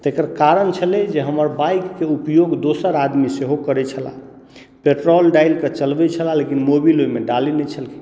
तेकर कारण छेलै जे हमर बाइकके उपयोग दोसर आदमी सेहो करै छलाह पेट्रोल डालिके चलबै छलाह लेकिन मोबिल ओहिमे डालै नहि छलखिन